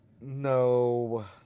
No